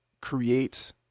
create